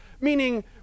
meaning